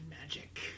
magic